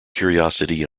curiosity